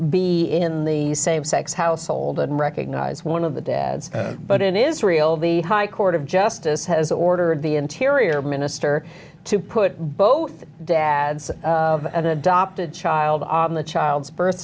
be in the same sex household and recognize one of the dads but in israel the high court of justice has ordered the interior minister to put both dad an adopted child in the child's birth